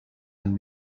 and